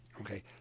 okay